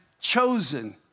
chosen